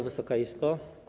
Wysoka Izbo!